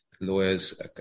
lawyers